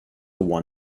won